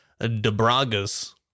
Debraga's